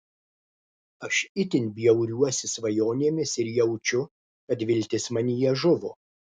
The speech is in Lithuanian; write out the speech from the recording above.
aš itin bjauriuosi svajonėmis ir jaučiu kad viltis manyje žuvo